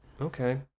Okay